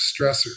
stressors